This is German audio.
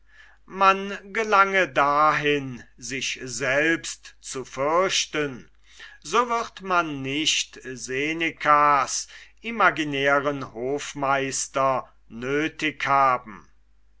man gelange dahin sich selbst zu fürchten so wird man nicht seneka's imaginären hofmeister nöthig haben